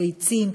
ביצים,